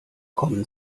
kommen